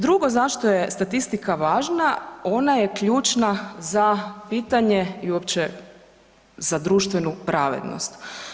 Drugo zašto je statistika važna, ona je ključna za pitanje i uopće za društvenu pravednost.